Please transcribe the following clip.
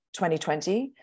2020